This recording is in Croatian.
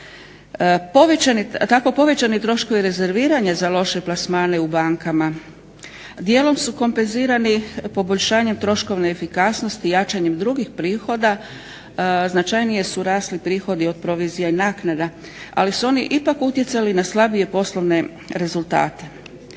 Tako povećani troškovi rezerviranja za loše plasmane u bankama dijelom su kompenzirani poboljšanjem troškovne efikasnosti i jačanjem drugih prihoda značajnije su rasli prihodi od provizija i naknada, ali su oni ipak utjecali na slabije poslovne rezultate.